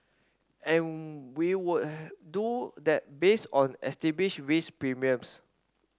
and we would do that based on risk premiums